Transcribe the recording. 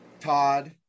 Todd